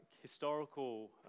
historical